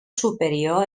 superior